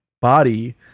body